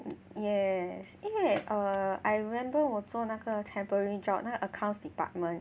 yes 因为 err I remember 我做那个 temporary job 那个 accounts department